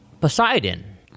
Poseidon